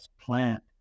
plant